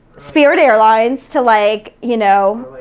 spirit airlines to, like, you know?